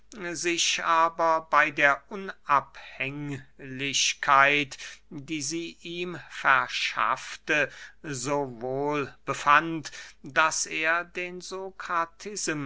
sich aber bey der unabhänglichkeit die sie ihm verschaffte so wohl befand daß er den